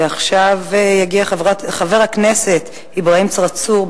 ועכשיו יגיע חבר הכנסת אברהים צרצור,